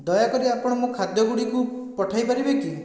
ଦୟାକରି ଆପଣ ମୋ ଖାଦ୍ୟ ଗୁଡ଼ିକୁ ପଠାଇ ପାରିବେ କି